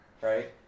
right